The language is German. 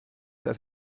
dass